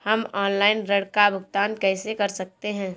हम ऑनलाइन ऋण का भुगतान कैसे कर सकते हैं?